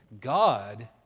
God